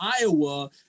Iowa